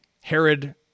Herod